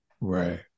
Right